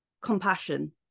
compassion